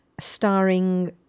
starring